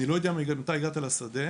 אני לא יודע מתי הגעת לשדה,